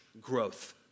growth